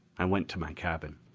i went to my cabin.